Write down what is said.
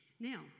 Now